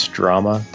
drama